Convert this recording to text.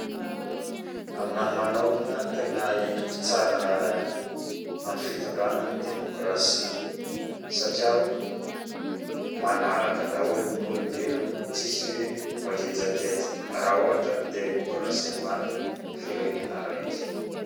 Aminahy manokana endrika tsara aminy fitondragna demikrasy satria malalalka daholo ny olombelo tsisy viagejegeja rah ohatra demokrasia marigny firenena araiky